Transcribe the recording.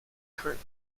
current